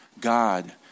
God